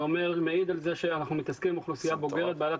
זה מעיד על זה שאנחנו מתעסקים עם אוכלוסייה בוגרת בעלת